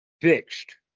fixed